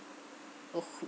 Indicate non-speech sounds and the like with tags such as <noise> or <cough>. oh <noise>